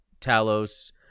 talos